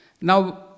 Now